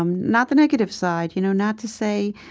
um not the negative side. you know, not to say,